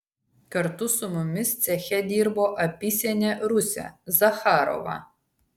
kartu su mumis ceche dirbo apysenė rusė zacharova